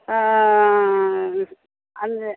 அந்த